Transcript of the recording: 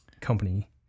company